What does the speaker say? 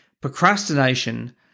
Procrastination